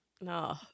No